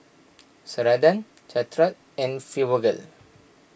Ceradan Caltrate and Fibogel